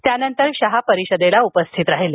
त्यानंतर शहा परिषदेला उपस्थित राहिले